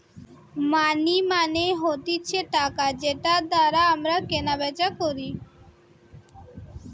মানি মানে হতিছে টাকা যেটার দ্বারা আমরা কেনা বেচা করি